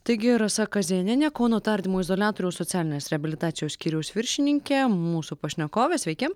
taigi rasa kazėnienė kauno tardymo izoliatoriaus socialinės reabilitacijos skyriaus viršininkė mūsų pašnekovė sveiki